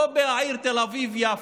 לא בעיר תל אביב-יפו,